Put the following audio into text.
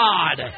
God